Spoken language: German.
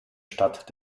stadt